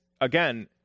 again